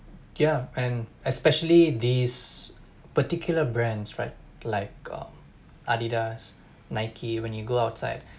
yeah and especially these particular brands right like uh Adidas Nike when you go outside